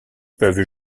peuvent